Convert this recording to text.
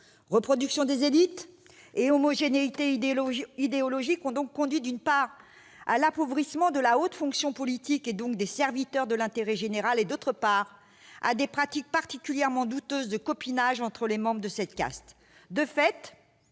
Reproduction des élites et homogénéité idéologique ont donc conduit à l'appauvrissement de la haute fonction publique, et donc des serviteurs de l'intérêt général, d'une part, et à des pratiques particulièrement douteuses de copinage entre les membres de cette caste,